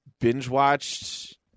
binge-watched